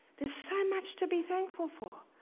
there's so much to be thankful for.